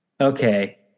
Okay